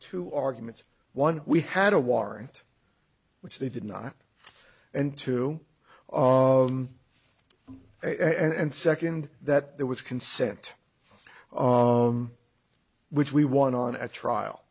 two arguments one we had a warrant which they did not and two and second that there was consent which we won on a trial